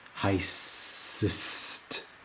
heist